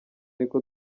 niko